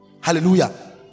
Hallelujah